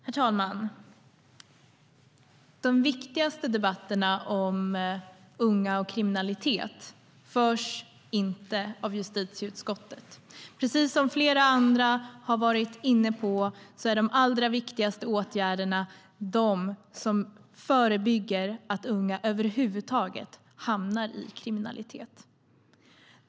Herr talman! De viktigaste debatterna om unga och kriminalitet förs inte av justitieutskottet. Precis som flera andra har varit inne på är de allra viktigaste åtgärderna de som förebygger att unga över huvud taget hamnar i kriminalitet.